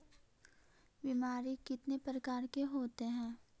बीमारी कितने प्रकार के होते हैं?